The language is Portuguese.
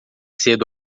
cedo